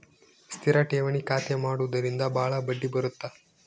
ಸ್ಥಿರ ಠೇವಣಿ ಖಾತೆ ಮಾಡುವುದರಿಂದ ಬಾಳ ಬಡ್ಡಿ ಬರುತ್ತ